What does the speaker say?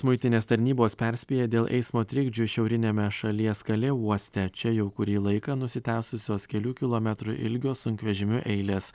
muitinės tarnybos perspėja dėl eismo trikdžių šiauriniame šalies kalė uoste čia jau kurį laiką nusitęsusios kelių kilometrų ilgio sunkvežimių eilės